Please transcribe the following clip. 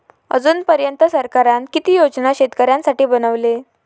अजून पर्यंत सरकारान किती योजना शेतकऱ्यांसाठी बनवले?